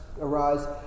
Arise